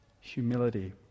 humility